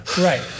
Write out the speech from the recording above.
Right